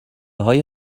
های